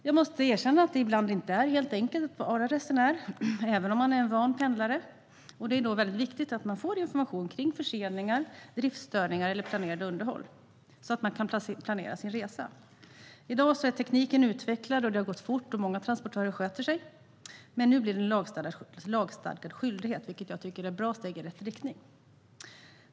Jag måste erkänna att det ibland inte är helt enkelt att vara resenär, även om man är en van pendlare. Det är då väldigt viktigt att man får information kring förseningar, driftsstörningar och planerade underhåll så att man kan planera sin resa. I dag är tekniken utvecklad. Det har gått fort, och många transportörer sköter sig, men nu blir det en lagstadgad skyldighet, vilket jag tycker är ett bra steg i rätt riktning.